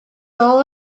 all